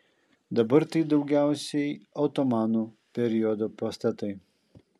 dabar tai daugiausiai otomanų periodo pastatai